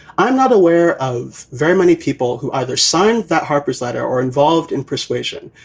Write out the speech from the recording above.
i'm not aware of very many people who either sign that harper's letter or involved in persuasion,